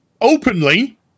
openly